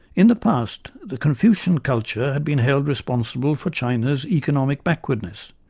in the past, the confucian culture had been held responsible for china's economic backwardness,